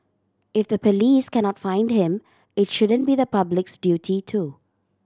if the police cannot find him it shouldn't be the public's duty to